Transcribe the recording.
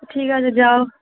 ঠিক আছে যাও